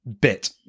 bit